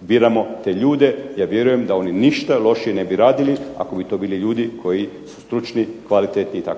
biramo te ljude, ja vjerujem da oni ništa lošije ne bi radili ako bi to bili ljudi koji su stručni, kvalitetni itd.